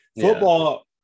Football